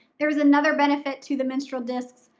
there is another benefit to the menstrual discs,